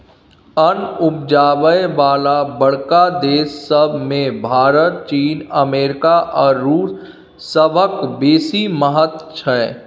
अन्न उपजाबय बला बड़का देस सब मे भारत, चीन, अमेरिका आ रूस सभक बेसी महत्व छै